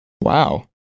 Wow